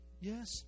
yes